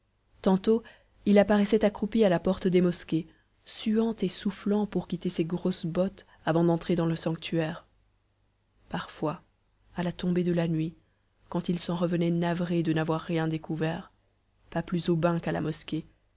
tantôt il apparaissait accroupi à la porte des mosquées suant et soufflant pour quitter ses grosses bottes avant d'entrer dans le sanctuaire parfois à la tombée de la nuit quand il s'en revenait navré de n'avoir rien découvert pas plus au bain qu'à la mosquée